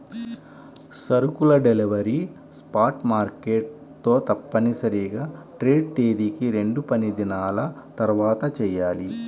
సరుకుల delivery spot market తో తప్పనిసరిగా ట్రేడ్ తేదీకి రెండుపనిదినాల తర్వాతచెయ్యాలి